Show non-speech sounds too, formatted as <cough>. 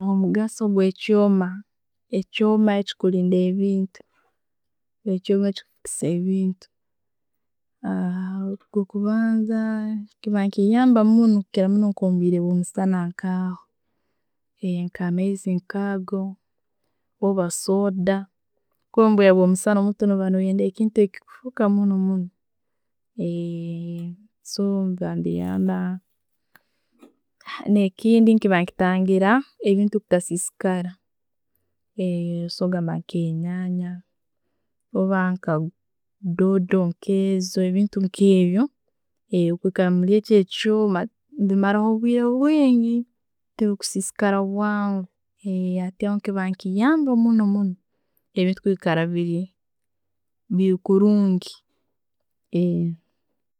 Omugaso gwekyoma, ekyoma ekechikulinda ebintu, ekyoma echikufukisa ebintu <hesitation> ekyokubanza nekinyambakomubwire bwamusanankaho, <hesitation> nka amaizi nkago orbasodakuba mubwire bwamusana orba noyendaekintu echikufuuka muno muno <hesitation> <unintelligible> Nekindi, nekiba nekiyamba ebintu butasisikara <hesitation> okusobora ba nkenyanja, orba doodo kezo ebintu nkebyo bwebikara mwekyoekyoma nebimala obwire bwingi. Tebusisikara bwangu. <hesitation> hati ahokiba nikiyamba munno muno ebintu kuba biri kurungi. <hesitation>